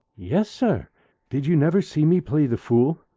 yes, sir did you never see me play the fool?